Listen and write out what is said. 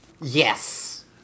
Yes